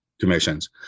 commissions